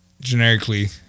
generically